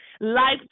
life